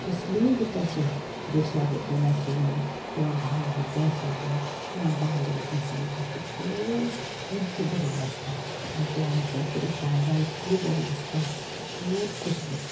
कसलीय गितां आसूं देशां बद्दल आसूं किंवा भावगीतां आसूं किंवा बालगीत आसूं तातूंत खूब अर्थ भरिल्लो आसता आनी तें आयकना फुडें काळजां इतलें बरें खूब खोशी भोगता